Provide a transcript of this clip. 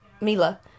Mila